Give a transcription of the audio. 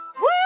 woo